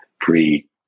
free